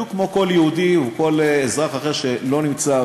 בדיוק כמו לכל יהודי או לכל אזרח אחר שלא נמצא,